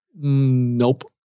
Nope